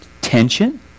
tension